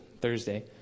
Thursday